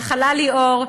נחלה ליאור,